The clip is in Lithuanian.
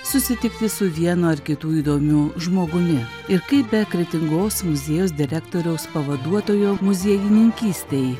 susitikti su vienu ar kitu įdomiu žmogumi ir kaip be kretingos muziejaus direktoriaus pavaduotojo muziejininkystei